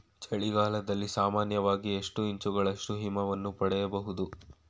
ಚಳಿಗಾಲದಲ್ಲಿ ಸಾಮಾನ್ಯವಾಗಿ ಎಷ್ಟು ಇಂಚುಗಳಷ್ಟು ಹಿಮವನ್ನು ಪಡೆಯಬಹುದು?